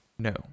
No